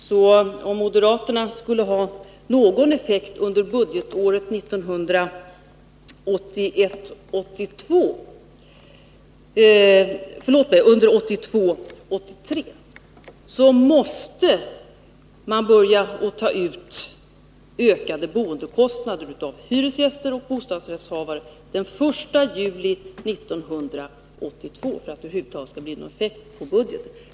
Så om moderaternas förslag skulle ge någon effekt under budgetåret 1982/83, måste man börja ta ut ökade boendekostnader av hyresgäster och bostadsrättshavare den 1 juli 1982 — alltså för att det över huvud taget skall bli någon effekt på budgeten.